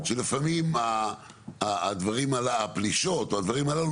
שלפעמים הפלישות או הדברים הללו,